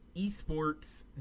eSports